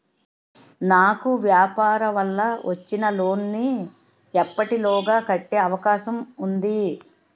నాకు వ్యాపార వల్ల వచ్చిన లోన్ నీ ఎప్పటిలోగా కట్టే అవకాశం ఉంది?